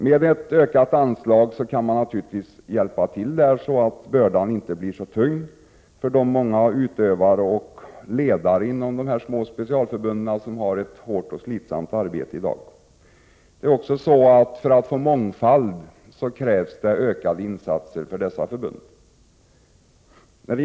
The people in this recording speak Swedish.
Med ett större anslag kan bördan bli mindre tung för de många utövare och ledare som i dag har ett hårt och slitsamt arbete inom små specialförbund. För att få mångfald krävs ökade insatser för dessa förbund.